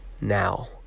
now